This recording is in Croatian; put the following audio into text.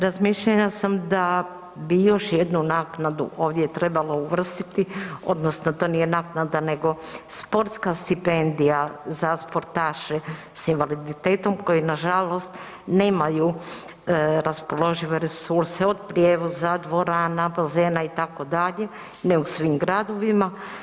Razmišljanja sam da bi još jednu naknadu ovdje trebalo uvrstiti odnosno to nije naknada nego sportska stipendija za sportaše s invaliditetom koji nažalost nemaju raspoložive resurse od prijevoza, dvorana, bazena itd. ne u svim gradovima.